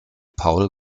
paul